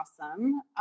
awesome